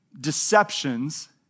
deceptions